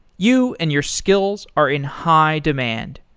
you and your skills are in high demand.